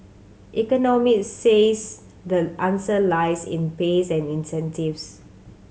economist says the answer lies in pays and incentives